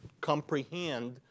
comprehend